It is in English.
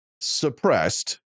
suppressed